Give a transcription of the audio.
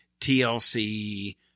tlc